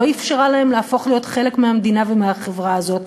לא אפשרה להם להפוך להיות חלק מהמדינה ומהחברה הזאת,